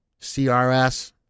CRS